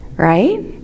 Right